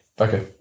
Okay